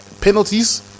Penalties